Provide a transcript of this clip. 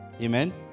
Amen